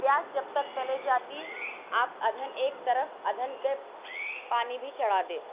پیاز جب تک تلے جاتی آپ ادھن ایک طرف ادھن کے پانی بھی چڑھا دے